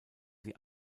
sie